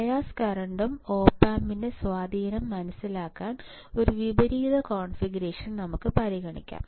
bias കറന്റയും op ആമ്പിന്റെയും സ്വാധീനം മനസിലാക്കാൻ ഒരു വിപരീത കോൺഫിഗറേഷൻ നമുക്ക് പരിഗണിക്കാം